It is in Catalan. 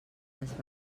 les